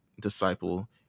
Disciple